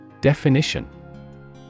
Definition